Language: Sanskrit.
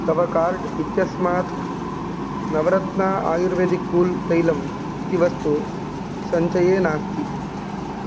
तव कार्ट् इत्यस्मात् नवरत्न आयुर्वेदिक् कूल् तैलम् इति वस्तु सञ्चये नास्ति